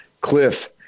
Cliff